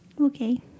Okay